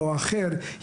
או אחר,